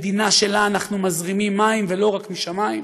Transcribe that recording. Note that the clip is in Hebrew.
מדינה שאליה אנחנו מזרימים מים, ולא רק משמיים,